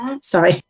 Sorry